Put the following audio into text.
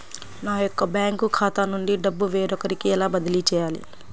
నా యొక్క బ్యాంకు ఖాతా నుండి డబ్బు వేరొకరికి ఎలా బదిలీ చేయాలి?